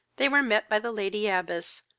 they were met by the lady abbess,